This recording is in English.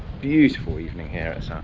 beautiful evening here